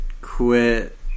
quit